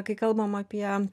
kai kalbam apie